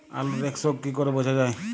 আলুর এক্সরোগ কি করে বোঝা যায়?